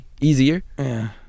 easier